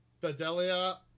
bedelia